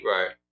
Right